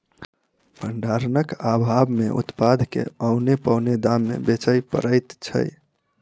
भंडारणक आभाव मे उत्पाद के औने पौने दाम मे बेचय पड़ैत छै